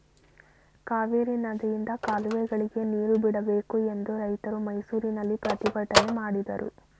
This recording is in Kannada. ಕಾವೇರಿ ನದಿಯಿಂದ ಕಾಲುವೆಗಳಿಗೆ ನೀರು ಬಿಡಬೇಕು ಎಂದು ರೈತರು ಮೈಸೂರಿನಲ್ಲಿ ಪ್ರತಿಭಟನೆ ಮಾಡಿದರು